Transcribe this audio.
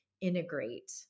integrate